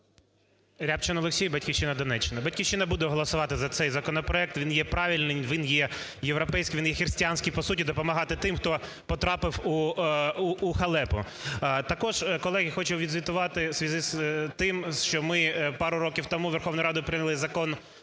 Рябчин Олексій, "Батьківщина", Донеччина. "Батьківщина" буде голосувати за цей законопроект, він є правильний, він є європейський, він є християнський, по суті допомагати тим, хто потрапив у халепу. Також, колеги, хочу відзвітувати в зв'язку з тим, що ми пару років тому Верховною Радою прийняли Закон